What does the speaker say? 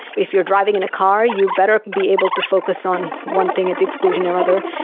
if you're driving in a car you'd better be able to focus on one thing at the exclusion of another.